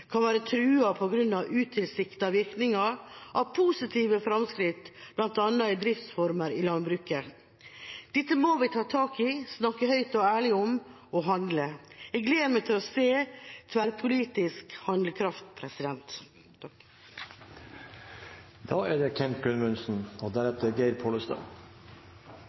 kan være truet på grunn av utilsiktede virkninger av positive framskritt, bl.a. i driftsformer i landbruket. Dette må vi ta tak i, snakke høyt og ærlig om – og handle. Jeg gleder meg til å se tverrpolitisk handlekraft.